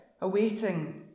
awaiting